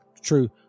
True